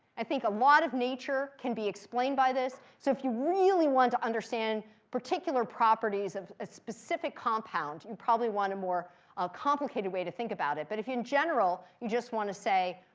i think a lot of nature can be explained by this. so if you really want to understand particular properties of a specific compound, you probably want a more ah complicated way to think about it. but if in general you just want to say,